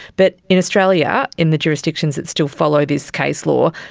but in australia in the jurisdictions that still follow this case law,